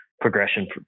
progression